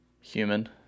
Human